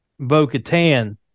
Bo-Katan